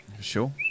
sure